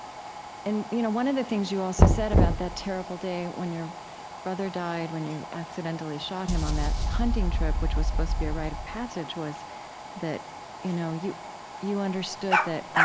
and you know one of the things you also said about that terrible day when your brother died, when you accidentally shot him on that hunting trip which was supposed to be a rite of passage was that you know you you understood that